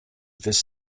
this